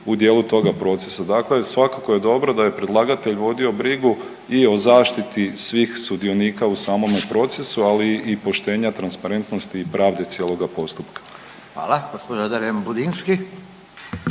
u dijelu toga procesa. Dakle, svakako je dobro da je predlagatelj vodio brigu i o zaštiti svih sudionika u samome procesu, ali i poštenja, transparentnosti i pravde cijeloga postupka. **Radin, Furio